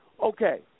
okay